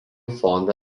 fondo